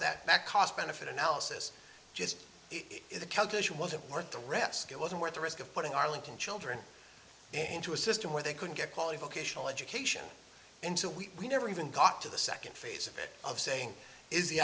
that that cost benefit analysis just is the calculation wasn't worth the risk it wasn't worth the risk of putting arlington children into a system where they couldn't get quality vocational education into we never even got to the second phase of it of saying is the